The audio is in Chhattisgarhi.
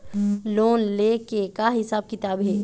लोन ले के का हिसाब किताब हे?